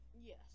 Yes